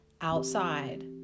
outside